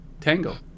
Tango